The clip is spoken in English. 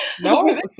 No